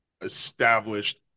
established